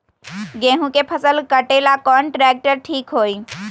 गेहूं के फसल कटेला कौन ट्रैक्टर ठीक होई?